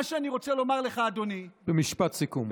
מה שאני רוצה לומר לך, אדוני, במשפט סיכום.